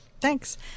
Thanks